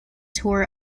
tour